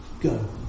go